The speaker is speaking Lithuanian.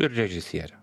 ir režisierę